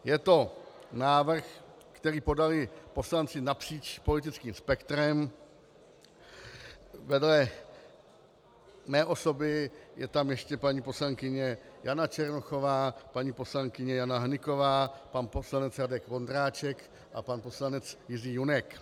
Je to návrh, který podali poslanci napříč politickým spektrem, vedle mé osoby je tam ještě paní poslankyně Jana Černochová, paní poslankyně Jana Hnyková, pan poslanec Radek Vondráček a pan poslanec Jiří Junek.